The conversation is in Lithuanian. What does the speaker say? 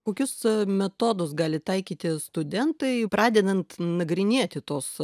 kokius metodus gali taikyti studentai pradedant nagrinėti tuos